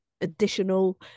additional